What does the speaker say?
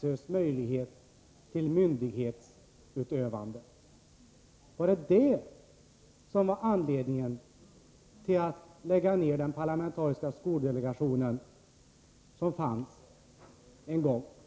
SÖ möjligheten till myndighetsutövning. Var det anledningen till att lägga ned den parlamentariska skoldelegation som en gång fanns?